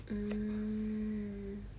mmhmm